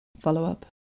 follow-up